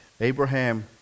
Abraham